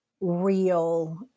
real